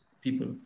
people